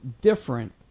different